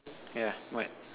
yeah what